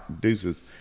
deuces